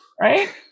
Right